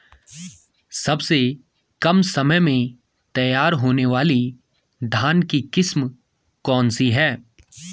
सबसे कम समय में तैयार होने वाली धान की किस्म कौन सी है?